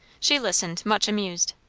she listened, much amused.